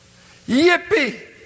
Yippee